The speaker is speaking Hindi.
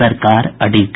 सरकार अडिग